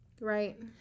Right